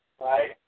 Right